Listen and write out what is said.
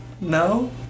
no